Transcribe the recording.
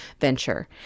venture